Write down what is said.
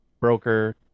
broker